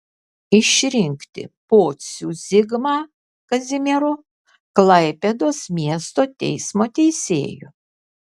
išrinkti pocių zigmą kazimiero klaipėdos miesto teismo teisėju